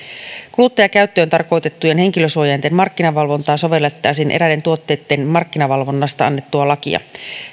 kuluttajakäyttöön tarkoitettujen henkilönsuojainten markkinavalvontaan sovellettaisiin eräiden tuotteitten markkinavalvonnasta annettua lakia